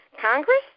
Congress